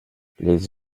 les